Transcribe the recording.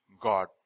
God